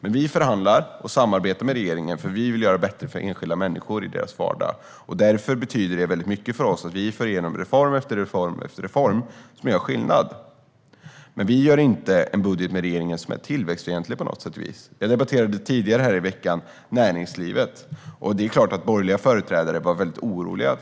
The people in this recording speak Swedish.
Men vi förhandlar och samarbetar med regeringen, för vi vill göra det bättre för enskilda människor i deras vardag. Därför betyder det mycket för oss att vi får igenom reform efter reform som gör skillnad. Men vi gör inte en budget med regeringen som på något sätt är tillväxtfientlig. Jag debatterade näringslivet tidigare här i veckan. Borgerliga företrädare var såklart oroliga;